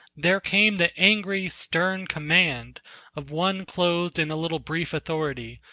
there came the angry, stern command of one clothed in a little brief authority,